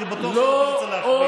אני בטוח שאתה לא תרצה להחמיץ.